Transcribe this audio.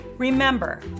Remember